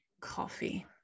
coffee